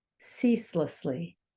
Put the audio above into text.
ceaselessly